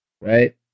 right